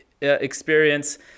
experience